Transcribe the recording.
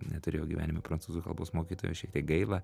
neturėjau gyvenime prancūzų kalbos mokytojo šiek tiek gaila